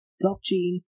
blockchain